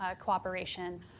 cooperation